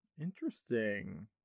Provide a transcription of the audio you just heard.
Interesting